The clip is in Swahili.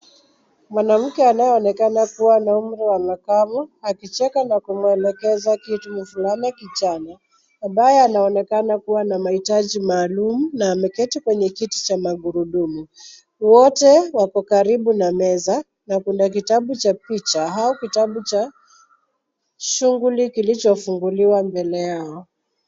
Mwanamke anayeonekana akiwa na umri wa makamu akicheka na kumwelekeza kitu mvulana kijana ambaye anaonekana kuwa na mahitaji maalum na ameketi kwenye kiti cha magurudumu. Wote wako karibu na meza na kuna kitabu cha picha au kitabu cha shughuli kilichofunguliwa mbele yao.